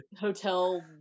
hotel